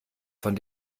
von